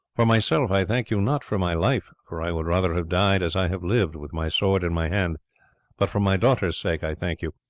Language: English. for myself, i thank you not for my life, for i would rather have died as i have lived with my sword in my hand but for my daughter's sake i thank you,